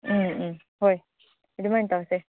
ꯎꯝ ꯎꯝ ꯍꯣꯏ ꯑꯗꯨꯃꯥꯏꯅ ꯇꯧꯁꯦ